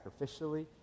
sacrificially